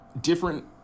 different